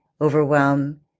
overwhelm